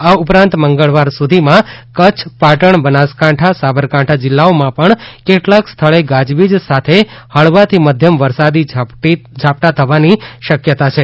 આ ઉપરાંત મંગળવાર સુધીમાં કચ્છ પાટણ બનાસકાંઠા સાબરકાંઠા જીલ્લાઓમાં પણ કેટલાંક સ્થળે ગાજવીજ સાથે હળવાથી મધ્યમ વરસાદી ઝાપટાં થવાની શક્યતા છે